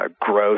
growth